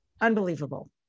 Unbelievable